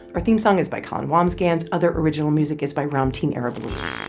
our theme song is by colin wambsgans. other original music is by ramtin arablouei.